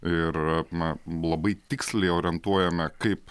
ir na labai tiksliai orientuojame kaip